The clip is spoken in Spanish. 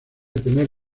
tener